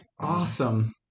Awesome